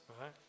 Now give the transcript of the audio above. Right